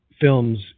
films